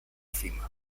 cima